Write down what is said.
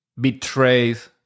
betrays